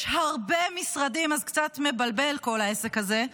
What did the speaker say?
יש הרבה משרדים, אז קצת מבלבל כל העסק הזה.